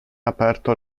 aperto